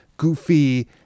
Goofy